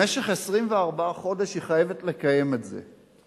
במשך 24 חודש היא חייבת לקיים את זה.